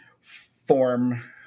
form